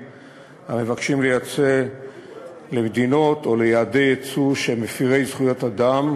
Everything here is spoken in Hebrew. המבקשים לייצא למדינות או ליעדי ייצוא שהם מפרי זכויות אדם,